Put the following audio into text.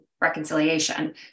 reconciliation